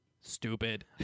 stupid